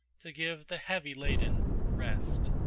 to give the heavy-laden rest!